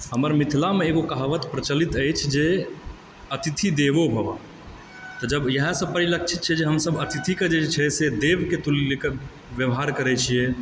हमर मिथिलामे एगो कहावत प्रचलित अछि जे अतिथि देवो भवः जब यहाँ सब परिलक्षित छै जे हमसब अतिथिके जे छै से देवके तुल्य व्यवहार करै छिऐ